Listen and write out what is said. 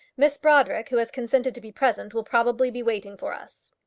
miss brodrick, who has consented to be present, will probably be waiting for us.